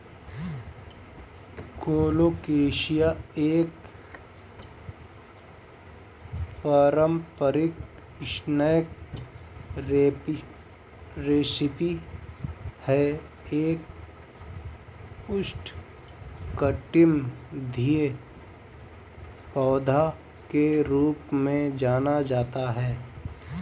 colocasia एक पारंपरिक snack recipe है एक उष्णकटिबंधीय पौधा के रूप में जाना जाता है